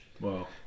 Wow